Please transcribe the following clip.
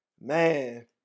man